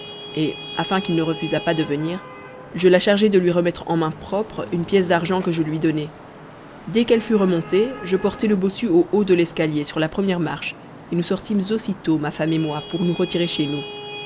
et afin qu'il ne refusât pas de venir je la chargeai de lui remettre en main propre une pièce d'argent que je lui donnai dès qu'elle fut remontée je portai le bossu au haut de l'escalier sur la première marche et nous sortîmes aussitôt ma femme et moi pour nous retirer chez nous